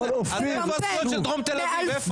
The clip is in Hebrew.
איפה הזכויות של דרום תל אביב איפה?